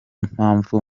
mpamvu